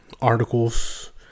articles